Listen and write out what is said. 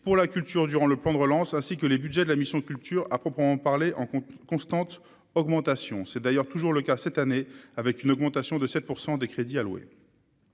pour la culture durant le plan de relance ainsi que les Budgets de la mission culture à proprement parler, en constante augmentation, c'est d'ailleurs toujours le cas cette année, avec une augmentation de 7 % des crédits alloués,